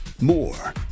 More